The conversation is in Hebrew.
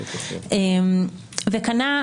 וקנה,